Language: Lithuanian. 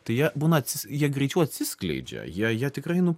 tai jie būna jie greičiau atsiskleidžia jie jie tikrai nu